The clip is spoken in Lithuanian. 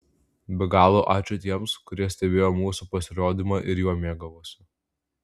be galo ačiū tiems kurie stebėjo mūsų pasirodymą ir juo mėgavosi